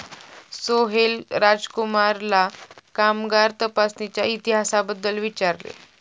सोहेल राजकुमारला कामगार तपासणीच्या इतिहासाबद्दल विचारले